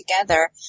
together